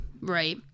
right